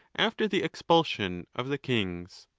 after the expulsion of the kings.